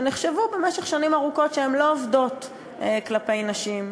שנחשבו במשך שנים ארוכות לתרופות שלא עובדות אצל נשים,